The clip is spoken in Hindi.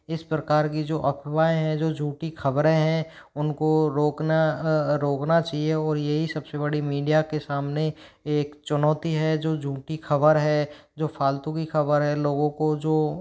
इस प्रकार की जो अफ़वाहएं हैं जो झूठी ख़बरें हैं उनको रोकना रोकना चाहिए और यही सब से बड़ी मीडिया के सामने एक चुनौती है जो झूठी ख़बर है जो फालतू की ख़बर है लोगों को जो